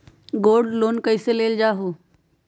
Gold loan कईसे लेल जाहु?